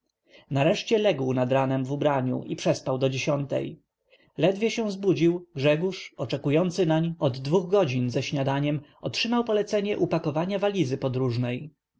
nareszcie legł nad ranem w ubraniu i przespał do dziesiątej ledwie się zbudził grzegórz oczekujący nań od dwóch godzin ze śniadaniem otrzymał polecenie upakowania walizy podróżnej